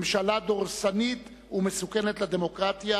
ממשלה דורסנית ומסוכנת לדמוקרטיה.